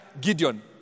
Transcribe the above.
Gideon